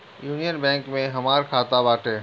union Bank में हमार खाता बाटे